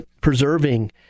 preserving